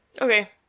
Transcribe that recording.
Okay